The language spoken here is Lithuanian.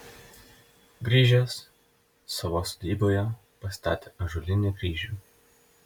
grįžęs savo sodyboje pastatė ąžuolinį kryžių